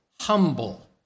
humble